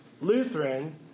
Lutheran